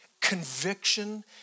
conviction